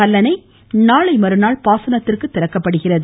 கல்லணை நாளை மறுநாள் பாசனத்திற்கு திறக்கப்படுகிறது